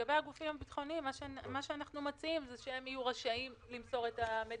אנחנו מציעים שהגופים הביטחוניים יהיו רשאים למסור את המידע,